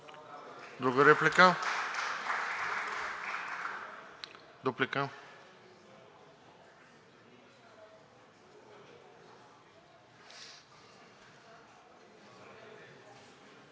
Друга реплика? Дуплика?